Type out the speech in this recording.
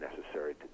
necessary